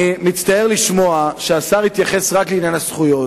אני מצטער לשמוע שהשר התייחס רק לעניין הזכויות.